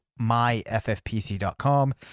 myffpc.com